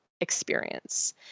experience